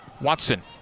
Watson